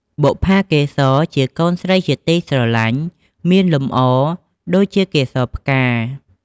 បុប្ផាកេសរ ជាកូនស្រីជាទីស្រលាញ់មានលម្អដូចជាកេសរផ្កា។